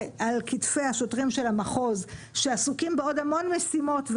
השוטרים של המחוז שעסוקים בעוד המון משימות.